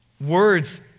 Words